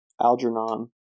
Algernon